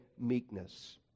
meekness